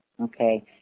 okay